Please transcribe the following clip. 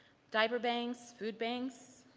diaper banks, food banks,